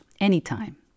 anytime